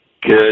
Good